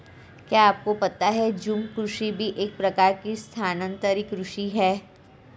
क्या आपको पता है झूम कृषि भी एक प्रकार की स्थानान्तरी कृषि ही है?